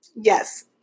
yes